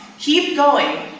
keep going,